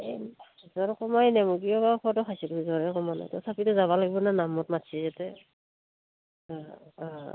এই জ্বৰ কমাই নাই মোৰ কিয় বা ঔষধো খাইছোঁ জ্বৰ হে কমা নাই তথাপিতো যাবা লাগিব ন নামত মাতিছে যাতে অঁ অঁ